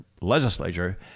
legislature